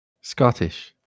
Scottish